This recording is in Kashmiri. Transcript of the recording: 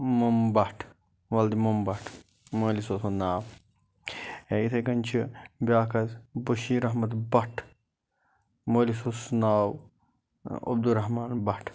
مُم بَٹ وَلدِ مُم بَٹ مٲلِس اوسُس ناو یا یِتھَے کَنۍ چھِ بیٛاکھ حظ بشیٖر احمد بَٹ مٲلِس اوسُس ناو عبدُل رحمٰن بَٹ